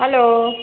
hello